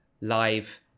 live